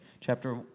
Chapter